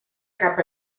cap